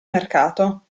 mercato